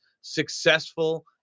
successful